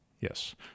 Yes